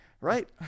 right